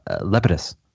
Lepidus